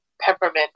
Peppermint